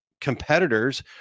competitors